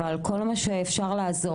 אבל כל מה שאפשר לעזור